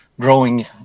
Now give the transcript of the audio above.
growing